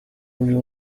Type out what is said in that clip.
ngo